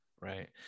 right